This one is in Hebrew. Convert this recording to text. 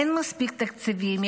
אין מספיק תקציבים,